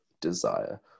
desire